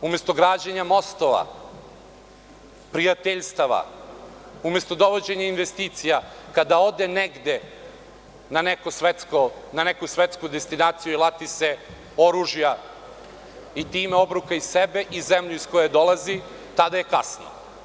umesto građenja mostova, prijateljstava, umesto dovođenja investicija, kada ode negde na neku svetsku destinaciju i lati se oružja i time obruka i sebe i zemlju iz koje dolazi, tada je kasno.